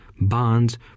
bonds